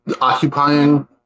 occupying